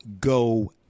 go